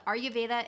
Ayurveda